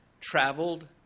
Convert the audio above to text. traveled